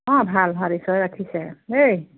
অঁ ভাল ভাল ঈশ্বৰে ৰাখিছে দেই